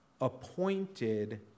appointed